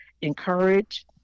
encourage